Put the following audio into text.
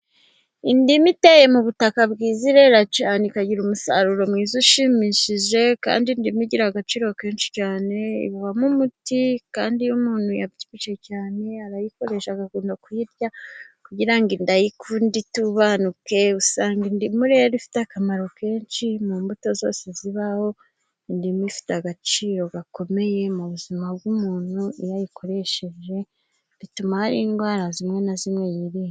Indimu iteye mu butaka bwiza irera cyane, ikagira umusaruro mwiza ushimishije. Kandi indimu igira agaciro kenshi cyane, ibamo umuti, kandi iyo umuntu yabyibushye cyane, arayikoresha agakunda kuyirya kugira inda itubanuke. Uganga indimu rero ifite akamaro kenshi mu mbuto zose zibaho. Indimu ifite agaciro gakomeye mu buzima bw'umuntu. Iyo ayikoresheje bituma hari indwara zimwe na zimwe yirinda.